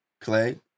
Clay